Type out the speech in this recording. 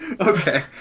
Okay